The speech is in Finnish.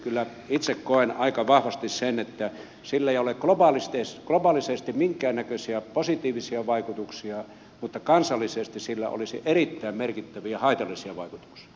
kyllä itse koen aika vahvasti sen että sillä ei ole globaalisesti minkäännäköisiä positiivisia vaikutuksia mutta kansallisesti sillä olisi erittäin merkittäviä haitallisia vaikutuksia